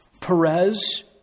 Perez